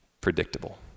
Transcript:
predictable